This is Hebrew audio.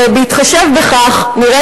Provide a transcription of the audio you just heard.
ובהתחשב בכך, נראה